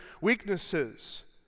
weaknesses